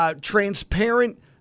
transparent